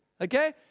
okay